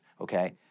okay